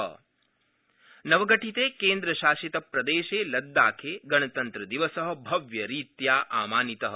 गणतन्त्रदिवस लेह नवगठिते केन्द्रशासितप्रदेशे लद्दाखे गणतन्त्रदिवसः भव्यरीत्या आमानितः